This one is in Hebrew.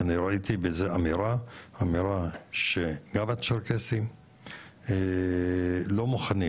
אני ראיתי בזה אמירה שגם הצ'רקסיים לא מוכנים